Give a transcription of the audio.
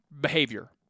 behavior